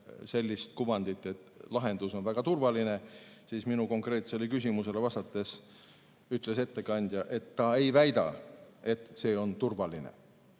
sellist kuvandit, et lahendus on väga turvaline, siis minu konkreetsele küsimusele vastates ütles ettekandja, et ta ei väida, et see on turvaline,